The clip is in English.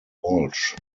walsh